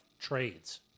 trades